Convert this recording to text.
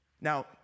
Now